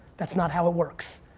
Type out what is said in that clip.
that's not how it works,